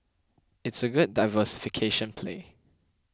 it's a good diversification play